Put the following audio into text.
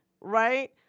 right